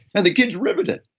and the kid's riveted.